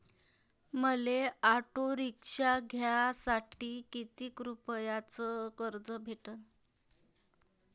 मले auto rickshaw घ्यासाठी कितीक रुपयाच कर्ज भेटनं?